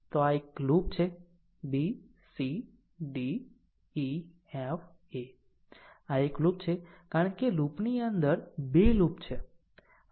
તો આ એક લૂપ છે b c d e f a આ એક લૂપ છે કારણ કે આ લૂપ ની અંદર 2 લૂપ ્સ છે